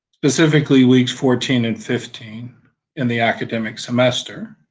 specifically weeks fourteen and fifteen in the academic semester,